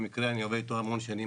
במקרה אני עובד איתו הרבה שנים,